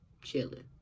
chilling